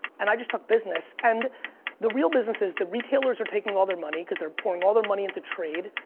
and i just talk business and the real business is the retailers are taking all their money cuz they're pouring all their money into trade.